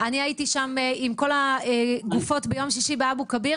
אני הייתי שם עם כל הגופות ביום שישי באבו כביר,